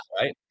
right